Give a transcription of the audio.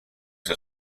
the